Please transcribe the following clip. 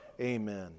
Amen